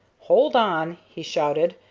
hold on! he shouted.